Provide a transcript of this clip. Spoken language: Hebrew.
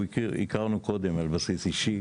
היכרנו קודם על בסיס אישי